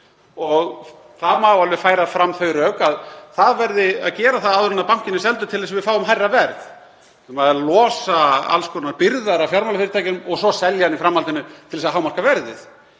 Það má alveg færa fram þau rök að það verði að gera áður en bankinn er seldur til þess að við fáum hærra verð, við verðum að losa alls konar byrðar af fjármálafyrirtækjum og svo selja í framhaldinu til að hámarka verðið.